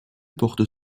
porte